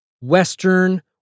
Western